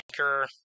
anchor